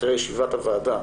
אחרי ישיבת הוועדה,